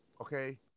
Okay